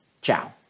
ciao